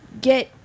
get